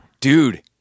Dude